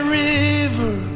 river